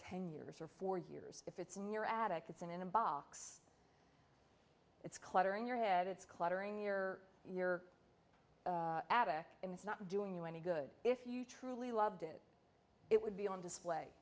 ten years or four years if it's in your attic it's in a box it's clutter in your head it's cluttering your your attic and it's not doing you any good if you truly loved it it would be on display